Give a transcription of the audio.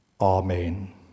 Amen